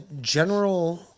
General